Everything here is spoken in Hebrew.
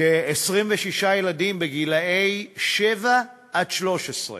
26 ילדים בגילי שבע עד 13,